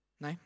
No